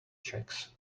checks